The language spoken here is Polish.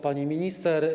Pani Minister!